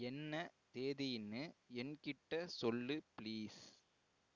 என்ன தேதினு என்கிட்ட சொல்லு ப்ளீஸ்